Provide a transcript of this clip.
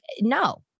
no